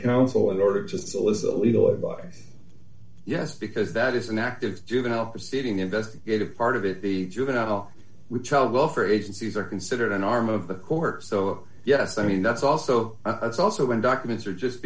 council in order to solicit legal advice yes because that is an active juvenile proceeding the investigative part of it the juvenile with child welfare agencies are considered an arm of the cork so yes i mean that's also i was also in documents are just